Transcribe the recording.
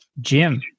Jim